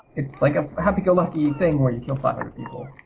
it's like a happy go lucky thing where you kill five hundred people.